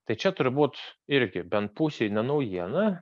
tai čia turbūt irgi bent pusei ne naujiena